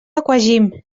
aquagym